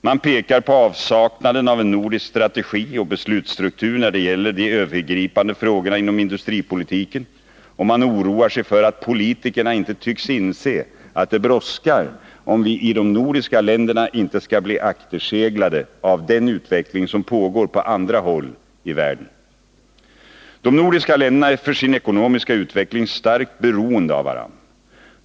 Man pekar på avsaknaden av en nordisk strategi och beslutstruktur när det gäller de övergripande frågorna inom industripolitiken och man oroar sig för att politikerna inte tycks inse att det brådskar om vi i de nordiska länderna inte skall bli akterseglade av den utveckling som pågår på andra håll i världen. De nordiska länderna är för sin ekonomiska utveckling starkt beroende av varandra.